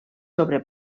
sobre